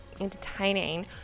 entertaining